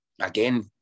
again